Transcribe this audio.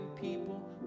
people